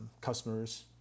customers